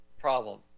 problem